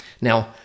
Now